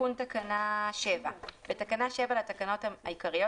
תיקון תקנה 7 בתקנה 7 לתקנות העיקריות,